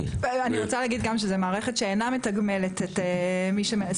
אני גם רוצה להגיד שזו מערכת שאינה מתגמלת את מי שמעז,